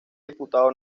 diputado